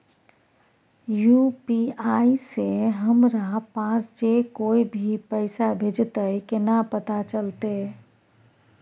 UPI से हमरा पास जे कोय भी पैसा भेजतय केना पता चलते?